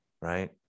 right